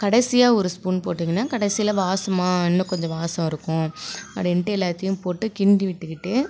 கடைசியா ஒரு ஸ்பூன் போட்டிங்கன்னா கடைசில வாசமாக இன்னும் கொஞ்சம் வாசம் இருக்கும் அப்படின்டு எல்லாத்தையும் போட்டுக் கிண்டிவிட்டுக்கிட்டு